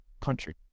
country